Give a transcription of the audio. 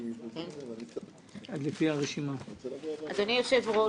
אדוני היושב-ראש,